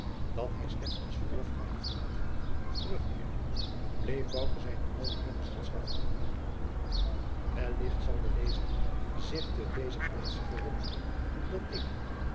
dat hij slechts als verlofganger verlaten had terugkeerde bleef bouke zijnen ouden heer gezelschap houden wellicht zal de lezer zich te dezer plaatse verwonderen dat ik